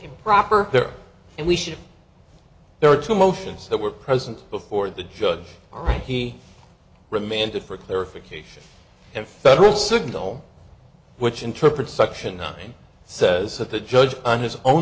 improper there and we should there are two motions that were present before the judge all right he remanded for clarification and federal signal which interpret section nine says that the judge on his own